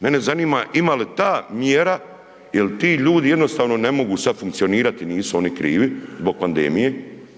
Mene zanima ima li ta mjera jel ti ljudi jednostavno ne mogu sad funkcionirati, nisu oni krivi zbog pandemije,